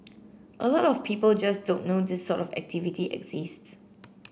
a lot of people just don't know this sort of activity exists